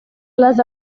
les